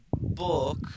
book